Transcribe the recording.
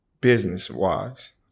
business-wise